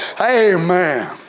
amen